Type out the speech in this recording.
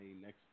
next